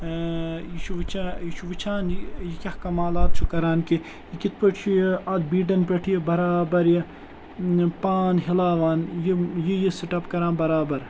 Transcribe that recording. یہِ چھُ وٕچھان یہِ چھُ وٕچھان یہِ کیٛاہ کَمالات چھُ کَران کہِ یہِ کِتھ پٲٹھۍ چھُ یہِ اَتھ بیٖٹَن پٮ۪ٹھ یہِ بَرابَر یہِ پان ہِلاوان یہِ یہِ یہِ یہِ سِٹَپ کَران بَرابَر